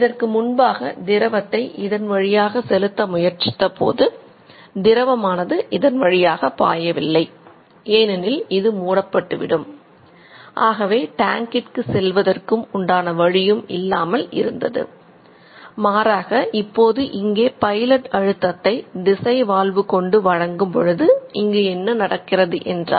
இதற்கு முன்பாக திரவத்தை கொண்டு வழங்கும் பொழுது இங்கு என்ன நடக்கிறது என்றால்